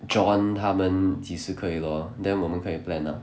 john 他们几时可以 lor then 我们可以 plan ah